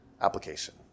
application